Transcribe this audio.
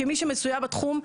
כמי שמצויה בתחום,